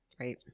Right